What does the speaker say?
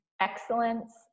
excellence